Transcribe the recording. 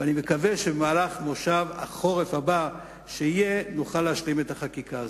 ואני מקווה שבמהלך כנס החורף הבא נוכל להשלים את החקיקה הזאת.